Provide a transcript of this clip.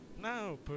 No